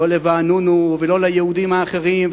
לא לואנונו ולא ליהודים האחרים,